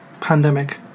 pandemic